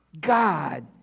God